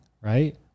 right